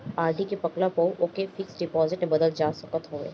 RD के पकला पअ ओके फिक्स डिपाजिट में बदल जा सकत हवे